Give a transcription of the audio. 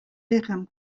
lichem